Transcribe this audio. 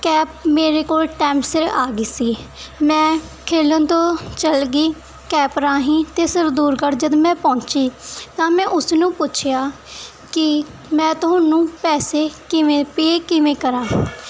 cap ਮੇਰੇ ਕੋਲ time ਸਿਰ ਆ ਗਈ ਸੀ ਮੈਂ ਖਿਲਣ ਤੋਂ ਚਲ ਗਈ ਕੈਪ ਰਾਹੀਂ ਅਤੇ ਸਰਦੂਲਗੜ੍ਹ ਜਦੋਂ ਮੈਂ ਪਹੁੰਚੀ ਤਾਂ ਮੈਂ ਉਸਨੂੰ ਪੁੱਛਿਆ ਕਿ ਮੈਂ ਤੁਹਾਨੂੰ ਪੈਸੇ ਕਿਵੇਂ ਪੇ ਕਿਵੇਂ ਕਰਾਂ